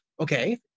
Okay